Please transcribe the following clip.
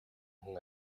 хүн